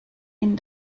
ihn